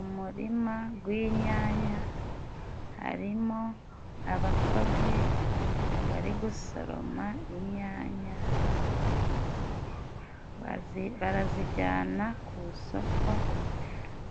Umurima gw'inyanya, harimo abakozi bari gusoroma inyanya. Barazijana ku isoko